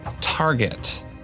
target